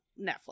Netflix